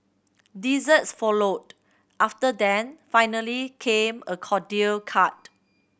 desserts followed after then finally came a cordial cart